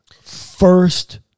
first